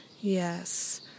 yes